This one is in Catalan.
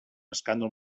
escàndol